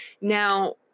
Now